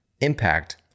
impact